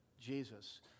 Jesus